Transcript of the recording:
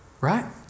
right